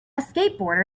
skateboarder